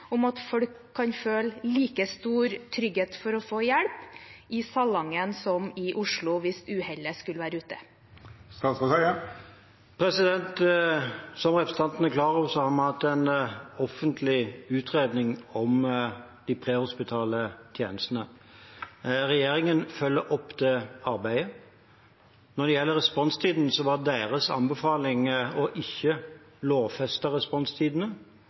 om statsråden kan forsikre om at folk kan føle like stor trygghet for å få hjelp i Salangen som i Oslo hvis uhellet skulle være ute. Som representanten er klar over, har vi hatt en offentlig utredning om de prehospitale tjenestene. Regjeringen følger opp det arbeidet. Når det gjelder responstiden, var deres anbefaling å ikke lovfeste responstidene,